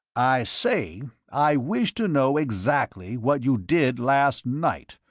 i say i wish to know exactly what you did last night.